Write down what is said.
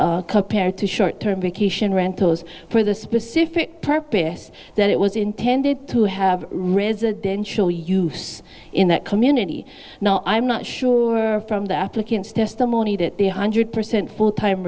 compared to short term vacation rentals for the specific purpose that it was intended to have residential use in that community now i'm not sure from the applicant's testimony that the one hundred percent full time